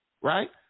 right